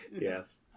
Yes